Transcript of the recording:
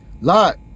Lot